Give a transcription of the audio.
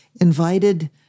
invited